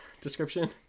description